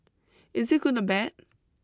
is it good or bad